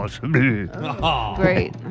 Great